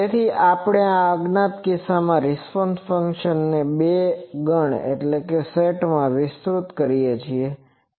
તેથી આપણે આ અજ્ઞાત રિસ્પોન્સ ફંક્શનને બેઝ ગણsetસેટમાં વિસ્તૃત કરીએ છીએ